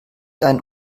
einen